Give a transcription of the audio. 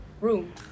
room